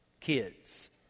kids